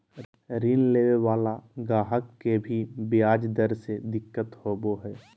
ऋण लेवे वाला गाहक के भी ब्याज दर से दिक्कत होवो हय